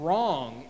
Wrong